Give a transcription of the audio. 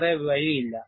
വേറെ വഴിയില്ല